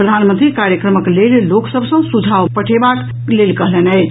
प्रधानमंत्री कार्यक्रमक लेल लोक सभ सॅ सुझाव पठेबाक लेल कयलनि अछि